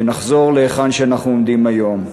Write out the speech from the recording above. ונחזור להיכן שאנחנו עומדים היום.